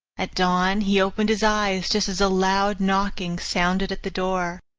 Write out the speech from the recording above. at dawn he opened his eyes just as a loud knocking sounded at the door.